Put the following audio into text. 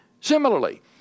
Similarly